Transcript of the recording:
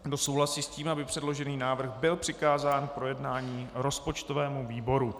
Kdo souhlasí s tím, aby předložený návrh byl přikázán k projednání rozpočtovému výboru?